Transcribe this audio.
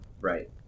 Right